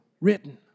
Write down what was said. written